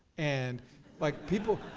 and like people,